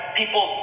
people